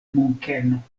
munkeno